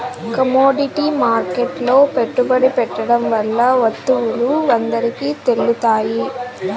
commodity మార్కెట్లో పెట్టుబడి పెట్టడం వల్ల వత్తువులు అందరికి తెలుత్తాయి